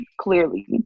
clearly